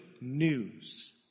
news